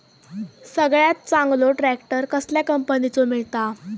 सगळ्यात चांगलो ट्रॅक्टर कसल्या कंपनीचो मिळता?